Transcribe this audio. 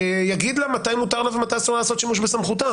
שיגיד לה מתי מותר לה ומתי אסור לה לעשות שימוש בסמכותה.